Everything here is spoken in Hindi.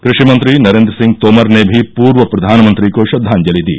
कृषि मंत्री नरेंद्र सिंह तोमर ने भी पूर्व प्रधानमंत्री को श्रद्वांजलि दी